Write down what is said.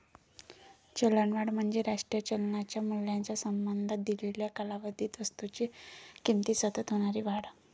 चलनवाढ म्हणजे राष्ट्रीय चलनाच्या मूल्याच्या संबंधात दिलेल्या कालावधीत वस्तूंच्या किमतीत सतत होणारी वाढ